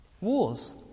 Wars